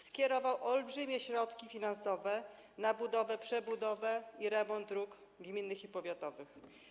Skierował olbrzymie środki finansowe na budowę, przebudowę i remont dróg gminnych i powiatowych.